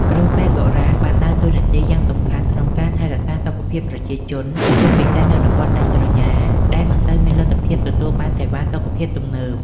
គ្រូពេទ្យបុរាណបានដើរតួនាទីយ៉ាងសំខាន់ក្នុងការថែរក្សាសុខភាពប្រជាជន ជាពិសេសនៅតំបន់ដាច់ស្រយាលដែលមិនសូវមានលទ្ធភាពទទួលបានសេវាសុខភាពទំនើប។